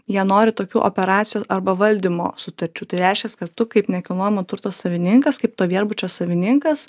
jie nori tokių operacijų arba valdymo sutarčių tai reiškias kad tu kaip nekilnojamo turto savininkas kaip to viešbučio savininkas